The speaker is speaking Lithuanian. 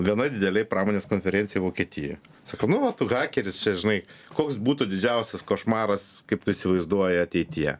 vienoj didelėj pramonės konferencijoj vokietijoj sakau nu va tu hakeris čia žinai koks būtų didžiausias košmaras kaip tu įsivaizduoji ateityje